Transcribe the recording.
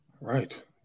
right